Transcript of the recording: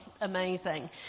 amazing